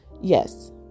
yes